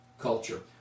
culture